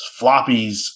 floppies